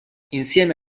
insieme